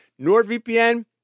NordVPN